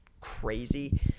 crazy